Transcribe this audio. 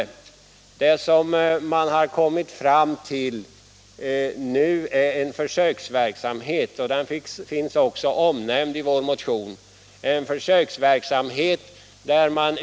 Det man nu har kommit fram till är en försöksverksamhet, som också finns omnämnd i vår motion.